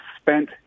spent